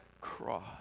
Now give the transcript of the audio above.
cross